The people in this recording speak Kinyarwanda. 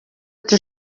ati